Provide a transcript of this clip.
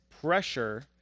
pressure